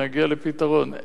נגיע לפתרון.